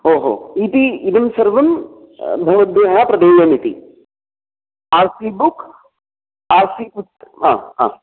ओ हो इति इदं सर्वं भवद्भ्यः प्रदेयमिति R C book R C पुत् हा हा